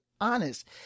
honest